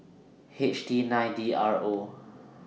H T nine D R O